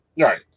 Right